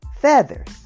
Feathers